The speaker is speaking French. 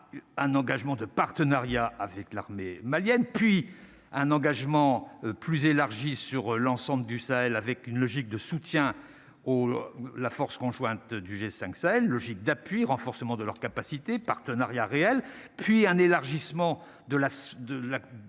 un engagement de partenariat avec l'armée malienne, puis un engagement plus élargie sur l'ensemble du Sahel avec une logique de soutien au la force conjointe du G5 Sahel logique d'appui renforcement de leurs capacités partenariat réel puis un élargissement de la